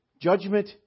Judgment